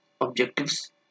Objectives